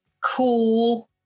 cool